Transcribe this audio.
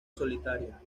solitaria